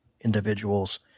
individuals